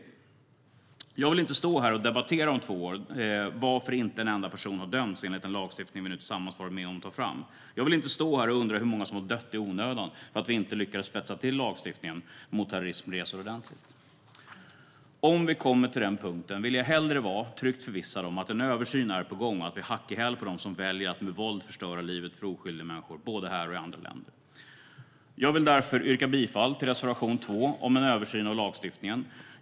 Jag vill inte stå här om två år och debattera varför inte en enda person har dömts enligt den lagstiftning vi nu tillsammans varit med om att ta fram. Jag vill inte stå här och undra hur många som har dött i onödan för att vi inte lyckades spetsa till lagstiftningen mot terrorismresor ordentligt. Om vi kommer till den punkten vill jag hellre vara tryggt förvissad om att en översyn är på gång och att vi är hack i häl på dem som väljer att med våld förstöra livet för oskyldiga människor både här och i andra länder. Jag vill därför yrka bifall till reservation 2 om en översyn av lagstiftningen.